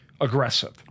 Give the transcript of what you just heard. aggressive